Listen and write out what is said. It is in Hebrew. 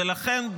ולכן,